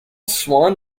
swann